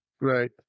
Right